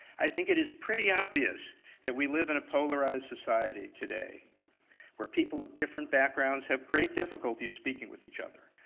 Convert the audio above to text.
i think it is pretty obvious that we live in a polarized society today where people of different backgrounds have great difficulties speaking with each other.